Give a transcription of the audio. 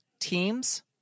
teams